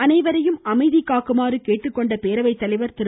அவர்களை அமைதி காக்குமாறு கேட்டுக்கொண்ட பேரவை தலைவர் திரு